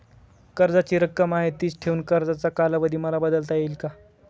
कर्जाची रक्कम आहे तिच ठेवून कर्जाचा कालावधी मला बदलता येईल का?